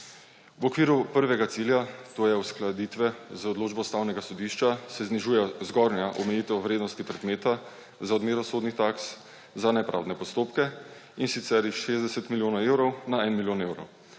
V okviru prvega cilja, to je uskladitve z odločbo Ustavnega sodišča, se znižuje zgornja omejitev vrednosti predmeta za odmero sodnih taks za nepravne postopke, in sicer s 60 milijonov evrov na en milijon evrov.